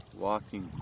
walking